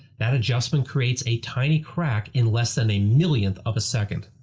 that adjustment creates a tiny crack in less than a millionth of a second.